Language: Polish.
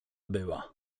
była